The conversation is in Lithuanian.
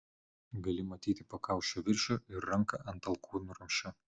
gali matyti pakaušio viršų ir ranką ant alkūnramsčio